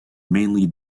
mainly